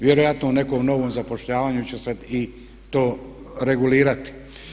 Vjerojatno u nekom novom zapošljavanju će se i to regulirati.